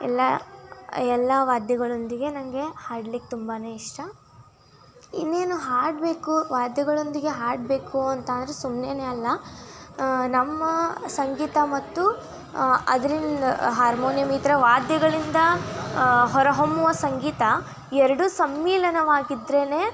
ಎಲ್ಲ ಎಲ್ಲ ವಾದ್ಯಗಳೊಂದಿಗೆ ನನಗೆ ಹಾಡ್ಲಿಕ್ಕೆ ತುಂಬಾ ಇಷ್ಟ ಇನ್ನೇನು ಹಾಡಬೇಕು ವಾದ್ಯಗಳೊಂದಿಗೆ ಹಾಡಬೇಕು ಅಂತ ಅಂದರೆ ಸುಮ್ಮನೆನೇ ಅಲ್ಲ ನಮ್ಮ ಸಂಗೀತ ಮತ್ತು ಅದ್ರಿಂದ ಹಾರ್ಮೋನಿಯಮ್ ಈ ಥರ ವಾದ್ಯಗಳಿಂದ ಹೊರ ಹೊಮ್ಮುವ ಸಂಗೀತ ಎರಡೂ ಸಮ್ಮಿಲನವಾಗಿದ್ದರೇನೇ